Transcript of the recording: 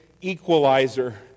equalizer